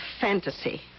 fantasy